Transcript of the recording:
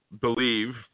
believe